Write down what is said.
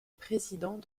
président